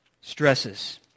Stresses